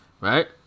Right